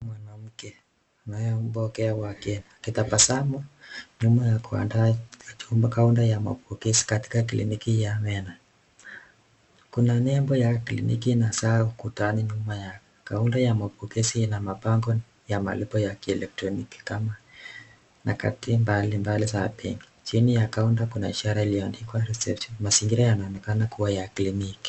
Mwanamke anayepokea wageni akitabasamu nyuma ya kuandaa nyumba ya mapokezi katika kliniki ya meno Kuna nembo ya kliniki na saa kwa ukuta nyuma yake Kaunda ya mapokezi Ina mapango ya eletroniki kama nyakati mbalimbali za bei chini ya countaa imeandikwa reception mazingira yanaonekana ni za kliniki.